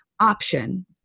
option